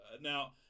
Now